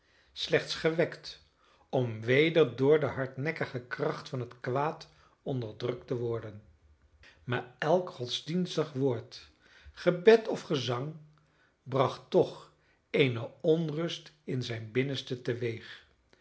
tom slechts gewekt om weder door de hardnekkige kracht van het kwaad onderdrukt te worden maar elk godsdienstig woord gebed of gezang bracht toch eene onrust in zijn binnenste teweeg